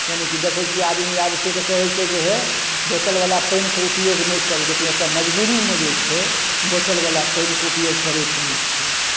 यानिकि देखै छियै आदमी आबै छै तऽ कहै छै जे हे बोतलवला पानिके उपयोग नहि करय लेल लेकिन एतय मजबूरीमे जे छै बोतलवला पानिके उपयोग करय पड़ै छै